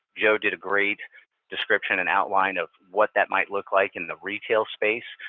joe did a great description and outline of what that might look like in the retail space.